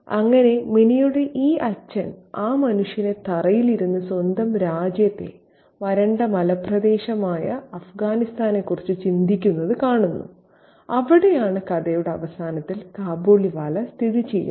അങ്ങനെ മിനിയുടെ ഈ അച്ഛൻ ആ മനുഷ്യനെ തറയിൽ ഇരുന്ന് സ്വന്തം രാജ്യത്തെ വരണ്ട മലമ്പ്രദേശമായ അഫ്ഗാനിസ്ഥാനെക്കുറിച്ച് ചിന്തിക്കുന്നത് കാണുന്നു അവിടെയാണ് കഥയുടെ അവസാനത്തിൽ കാബൂളിവാല സ്ഥിതി ചെയ്യുന്നത്